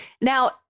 Now